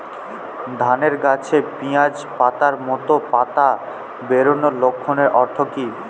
ধানের গাছে পিয়াজ পাতার মতো পাতা বেরোনোর লক্ষণের অর্থ কী?